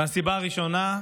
הסיבה הראשונה,